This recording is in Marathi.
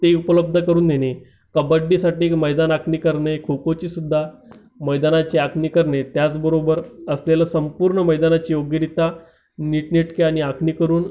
ते उपलब्ध करून देणे कबड्डीसाठी एक मैदान आखणी करणे खो खोची सुद्धा मैदानाची आखणी करणे त्याचबरोबर असलेलं संपूर्ण मैदानाची योग्यरीत्या नीटनेटके आणि आखणी करून